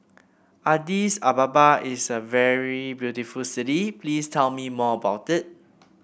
Addis Ababa is a very beautiful city please tell me more about it